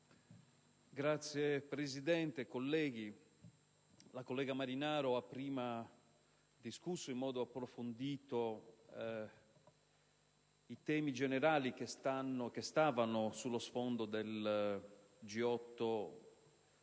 Signor Presidente, colleghi, la collega Marinaro ha prima discusso in modo approfondito i temi generali che stavano sullo sfondo del G8 condotto